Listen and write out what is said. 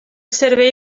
servei